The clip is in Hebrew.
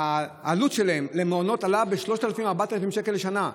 העלות של המעונות עלתה ב-3,000 4,000 שקל לשנה,